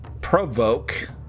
provoke